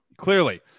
clearly